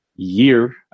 year